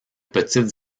petites